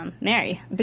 Mary